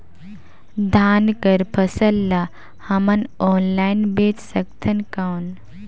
धान कर फसल ल हमन ऑनलाइन बेच सकथन कौन?